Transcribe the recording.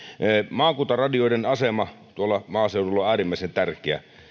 maakuntaradioiden asema maaseudulla on äärimmäisen tärkeä